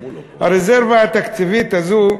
הרזרבה התקציבית הזאת,